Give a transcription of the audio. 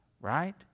right